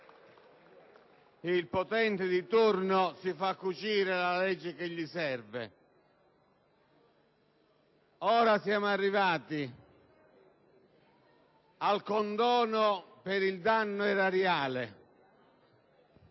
Il potente di turno si fa "cucire" la legge che gli serve! Ora siamo arrivati al condono per il danno erariale